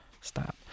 Stop